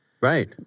Right